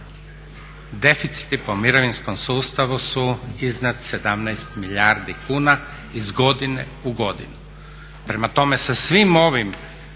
Deficiti po mirovinskom sustavu su m iznad 17 milijardi kuna iz godine u godinu.